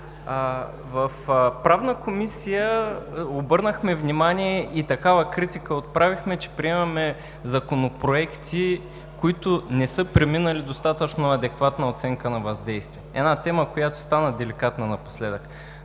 В Правната комисия обърнахме внимание и такава критика отправихме, че приемаме законопроекти, които не са преминали достатъчно адекватна оценка на въздействие – една тема, която стана деликатна напоследък.